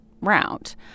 route